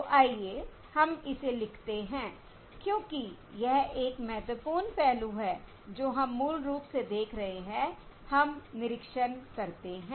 तो आइए हम इसे लिखते हैं क्योंकि यह एक महत्वपूर्ण पहलू है जो हम मूल रूप से देख रहे हैं हम निरीक्षण करते हैं